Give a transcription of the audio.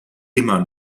immer